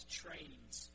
trains